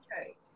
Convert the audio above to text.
okay